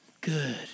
good